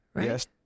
Yes